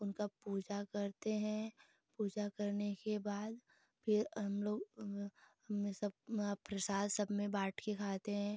उनकी पूजा करते हैं पूजा करने के बाद फिर हमलोग हम में सब प्रसाद सबमें बाँटकर खाते हें